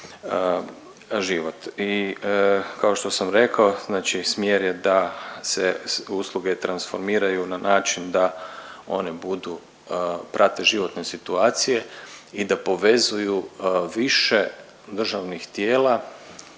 I kao što sam rekao znači smjer je da se usluge transformiraju na način da one budu, prate životne situacije i da povezuju više državnih tijela